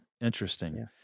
Interesting